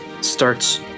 starts